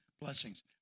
blessings